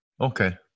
Okay